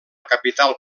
capital